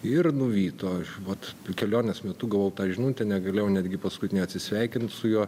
ir nuvyto aš vat kelionės metu gavau tą žinutę negalėjau netgi paskutinę atsisveikint su juo